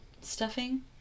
stuffing